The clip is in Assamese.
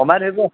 কমাই ধৰিব